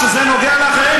כשזה נוגע לאחרים,